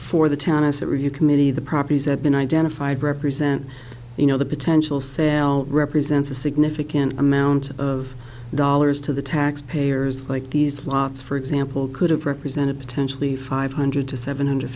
for the town as a review committee the properties have been identified represent you know the potential sale represents a significant amount of dollars to the taxpayers like these lots for example could have represented potentially five hundred to seven hundred